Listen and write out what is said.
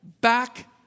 Back